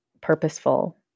purposeful